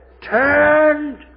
turned